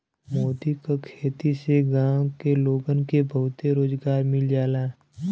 मोती क खेती से गांव के लोगन के बहुते रोजगार मिल जाला